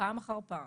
פעם אחר פעם